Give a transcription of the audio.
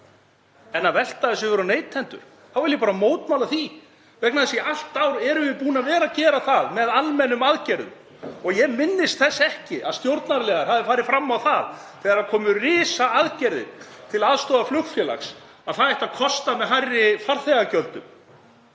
því að velta þessu yfir á neytendur, þá vil ég bara að mótmæla því vegna þess að allt árið erum við búin að vera að gera það með almennum aðgerðum. Ég minnist þess ekki að stjórnarliðar hafi farið fram á það þegar farið var í risaaðgerðir til aðstoðar flugfélagi, að það ætti að fjármagna með hærri farþegagjöldum,